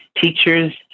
teachers